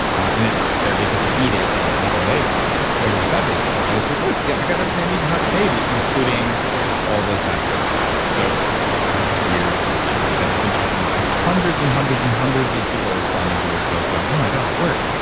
and it's there because you eat it and an hour later, like, i think we should go to the bedroom, because the body says, look. yeah. i got everything i need to have a baby including all those saturated fats. so you've had this weird effect that has been documented by hundreds and hundreds and hundreds of people are responding to those post going, oh, my god. it worked.